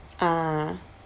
ah